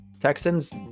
Texans